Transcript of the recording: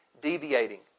Deviating